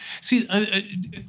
See